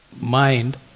mind